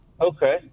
Okay